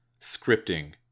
scripting